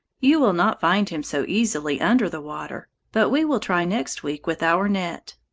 you will not find him so easily under the water, but we will try next week with our net.